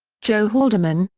joe halderman,